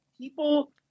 people